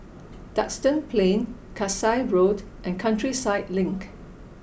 Duxton Plain Kasai Road and Countryside Link